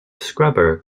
scrubber